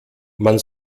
man